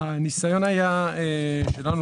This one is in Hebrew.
הניסיון שלנו,